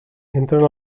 entren